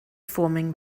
forming